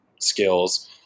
skills